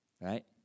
Right